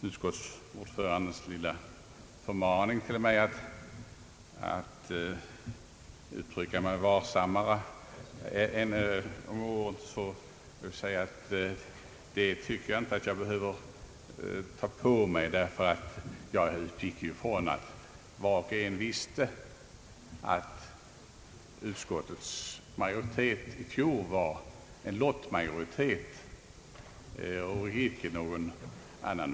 Utskottsordförandens förmaning till mig att uttrycka mig varsammare när jag redovisar bevillningsutskottets betänkande, anser jag inte att jag behöver ta åt mig, ty jag utgick ifrån att var och en visste att utskottets majoritet i fjol var en lottmajoritet och icke någonting annat.